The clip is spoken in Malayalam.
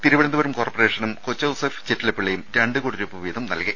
തിരുവനന്തപുരം കോർപ്പറേഷനും കൊച്ചൌസേപ്പ് ചിറ്റിലപ്പള്ളിയും രണ്ട് കോടി രൂപ വീതം നൽകി